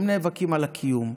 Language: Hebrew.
הם נאבקים על הקיום.